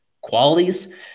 qualities